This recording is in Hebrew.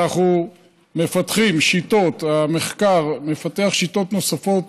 אנחנו מפתחים שיטות, המחקר מפתח שיטות נוספות